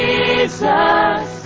Jesus